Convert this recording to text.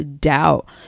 doubt